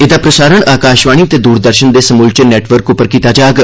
एहदा प्रसारण आकाशवाणी ते दूरदर्शन दे समूलचे नेटवर्क उप्पर कीता जाग